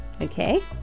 Okay